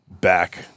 back